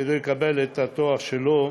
כדי לקבל את התואר שלו,